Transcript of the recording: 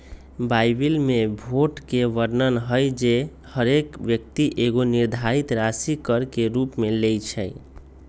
Bible में भोट के वर्णन हइ जे हरेक व्यक्ति एगो निर्धारित राशि कर के रूप में लेँइ छइ